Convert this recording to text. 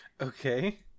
Okay